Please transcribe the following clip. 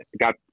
got